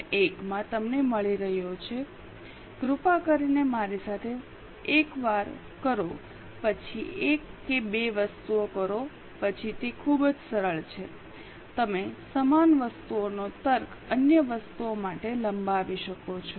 1 માં તમને મળી રહ્યો છે કૃપા કરીને મારી સાથે એકવાર કરો પછી એક કે બે વસ્તુઓ કરો પછી તે ખૂબ જ સરળ છે તમે સમાન વસ્તુઓનો તર્ક અન્ય વસ્તુઓ માટે લંબાવી શકો છો